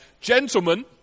Gentlemen